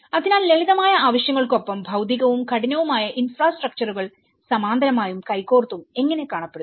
അതിനാൽ ലളിതമായ ആവശ്യങ്ങൾക്കൊപ്പം ഭൌതികവും കഠിനവുമായ ഇൻഫ്രാസ്ട്രക്ചറുകൾസമാന്തരമായും കൈകോർത്തും എങ്ങനെ കാണപ്പെടുന്നു